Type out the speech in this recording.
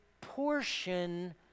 portion